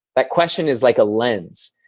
that question is like a lens,